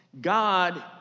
God